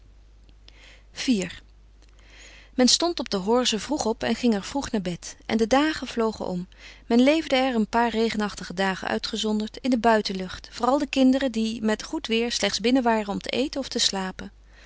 iv men stond op de horze vroeg op en ging er vroeg naar bed en de dagen vlogen om men leefde er een paar regenachtige dagen uitgezonderd in de buitenlucht vooral de kinderen die met goed weêr slechts binnen waren om te eten of te slapen